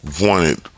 Wanted